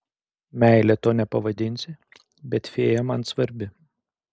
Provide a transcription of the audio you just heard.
meile to nepavadinsi bet fėja man svarbi